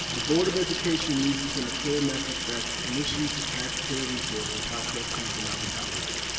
the board of education needs to send a clear message that misuse of taxpayer resources by trustees will not be tolerated.